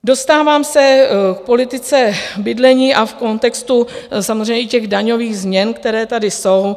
Dostávám se k politice bydlení a v kontextu samozřejmě i těch daňových změn, které tady jsou.